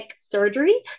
surgery